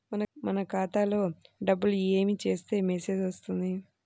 మన ఖాతాలో డబ్బులు ఏమి చేస్తే మెసేజ్ వస్తుంది?